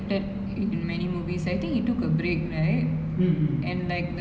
ya இது இந்த பசங்க இந்த:ithu intha pasanga intha N_G_K தானா சேந்த கூட்டோ:thaanaa sentha kooto